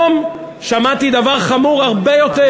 תגידו, היום שמעתי דבר חמור הרבה יותר.